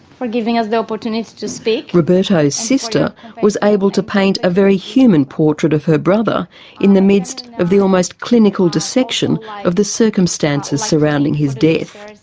for giving us the opportunity to speak. roberto's sister was able to paint a very human portrait of her brother in the midst of the almost clinical dissection of the circumstances surrounding his death.